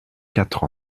quatre